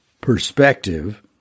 perspective